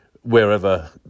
wherever